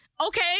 Okay